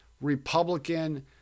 Republican